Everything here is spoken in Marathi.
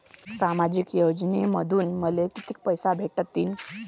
सामाजिक योजनेमंधून मले कितीक पैसे भेटतीनं?